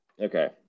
okay